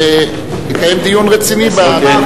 ולקיים דיון רציני.